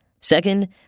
Second